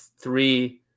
three